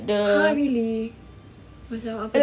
!huh! really macam apa seh